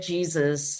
Jesus